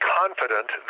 confident